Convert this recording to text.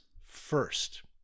first